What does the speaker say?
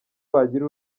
bagira